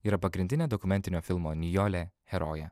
yra pagrindinė dokumentinio filmo nijolė herojė